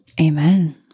Amen